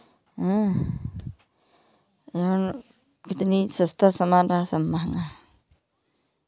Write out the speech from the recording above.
यहाँ कितनी सस्ता समान रहा सब महँगा